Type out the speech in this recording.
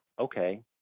Okay